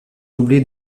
doublé